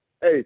Hey